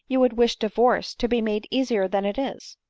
you would wish divorce to be made easier than it is?